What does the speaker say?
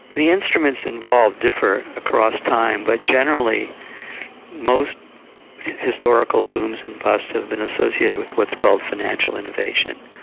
the instruments involved differ across time, but generally most historical booms and busts have been associated with what's called financial innovation,